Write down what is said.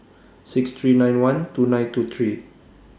six three nine one two nine two three